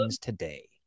today